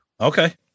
Okay